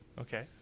Okay